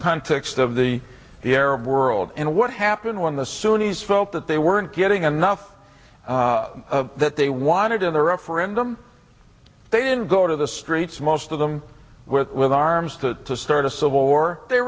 context of the the arab world and what happened when the sunni's felt that they weren't getting enough that they wanted in the referendum they didn't go to the streets most of them went with arms to start a civil war they